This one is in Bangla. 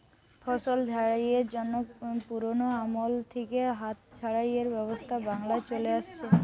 ফসল ঝাড়াইয়ের জন্যে পুরোনো আমল থিকে হাত ঝাড়াইয়ের ব্যবস্থা বাংলায় চলে আসছে